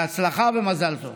בהצלחה ומזל טוב.